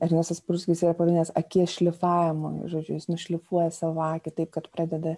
ernestas parulskis yra pavadinęs akies šlifavimu žodžiu jis nušlifuoja savo akį taip kad pradeda